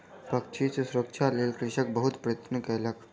पक्षी सॅ सुरक्षाक लेल कृषक बहुत प्रयत्न कयलक